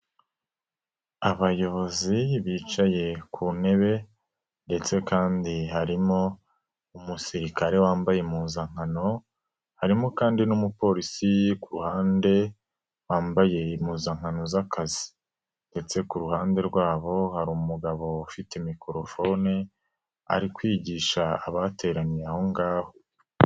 Abayobozi bicaye ku ntebe ndetse kandi harimo umusirikare wambaye impuzankano harimo kandi n'umuporisi ku ruhande wambaye impuzankano z'akazi ndetse ku ruhande rwabo hari umugabo ufite mikorofone ari kwigisha abateraniye ahongaho.